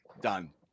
done